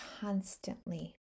constantly